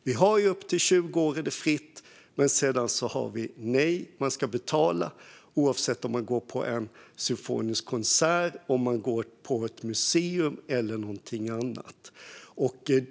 Vi har ju sagt att det är fritt inträde upp till 20 års ålder, men sedan har vi sagt: Nej, man ska betala oavsett om man går på en symfonisk konsert, på ett museum eller någonting annat.